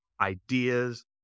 ideas